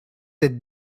êtes